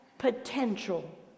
potential